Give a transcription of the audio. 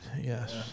Yes